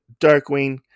Darkwing